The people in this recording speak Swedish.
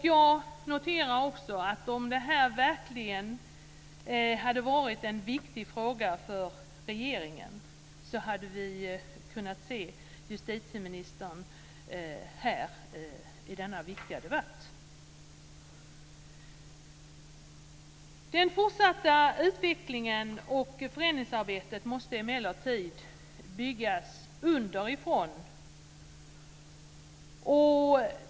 Jag noterar också att om det här verkligen hade varit en viktig fråga för regeringen så hade vi kunnat se justitieministern här i denna viktiga debatt. Den fortsatta utvecklingen och förändringsarbetet måste emellertid byggas underifrån.